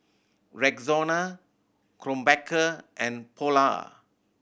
Rexona Krombacher and Polar